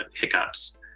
hiccups